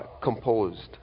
composed